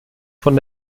von